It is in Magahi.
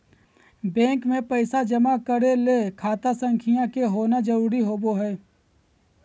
बैंक मे पैसा जमा करय ले खाता संख्या के होना जरुरी होबय हई